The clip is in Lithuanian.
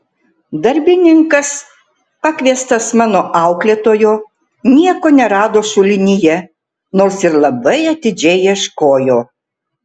darbininkas pakviestas mano auklėtojo nieko nerado šulinyje nors ir labai atidžiai ieškojo